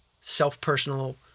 self-personal